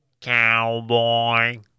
Cowboy